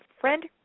friend